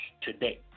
today